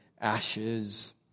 ashes